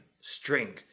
string